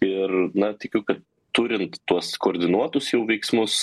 ir na tikiu kad turint tuos koordinuotus jau veiksmus